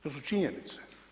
To su činjenice.